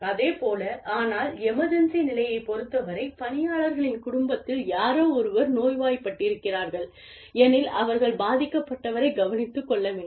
அதே போல ஆனால் எமர்ஜென்ஸி நிலையைப் பொறுத்தவரை பணியாளர்களின் குடும்பத்தில் யாரோ ஒருவர் நோய்வாய்ப்பட்டிருக்கிறார்கள் எனில் அவர்கள் பாதிக்கப்பட்டவரைக் கவனித்துக் கொள்ள வேண்டும்